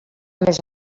més